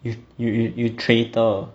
you you you you traitor